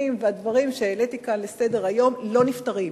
והדברים שהעליתי כאן לסדר-היום לא נפתרים.